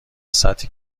سطحی